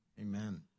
Amen